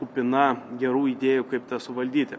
kupina gerų idėjų kaip tą suvaldyti